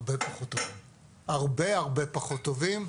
הרבה הרבה פחות טובים.